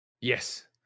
Yes